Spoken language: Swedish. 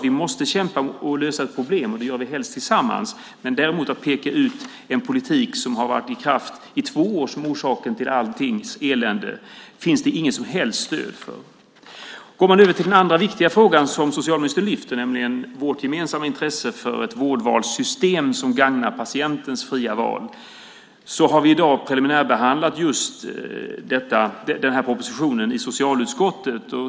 Vi måste kämpa för att lösa ett problem, och det gör vi helst tillsammans men att peka ut en politik som har varit i kraft i två år som orsak till alltings elände finns det inget som helst stöd för. Går man över till den andra viktiga frågan som socialministern lyfter upp, nämligen vårt gemensamma intresse av ett vårdvalssystem som gagnar patientens fria val, har vi i dag preliminärbehandlat just denna proposition i socialutskottet.